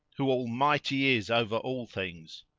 who all-might is over all things!